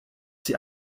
sie